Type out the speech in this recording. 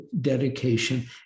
dedication